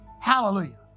Hallelujah